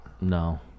no